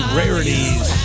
rarities